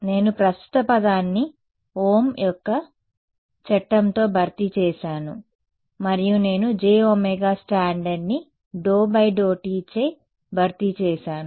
నేను ప్రస్తుత పదాన్ని ఓహ్మ్ యొక్క చట్టంతో భర్తీ చేసాను మరియు నేను jω స్టాండర్డ్ ని ∂∂t చే భర్తీ చేసాను